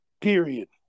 period